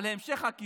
על המשך הכיבוש?